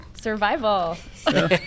Survival